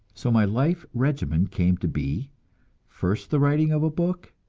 so my life regimen came to be first the writing of a book,